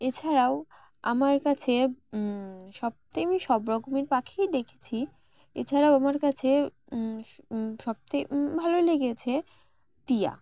এছাড়াও আমার কাছে সবথেকে আমি সব রকমের পাখিই দেখেছি এছাড়াও আমার কাছে সবথেকে ভালো লেগেছে টিয়া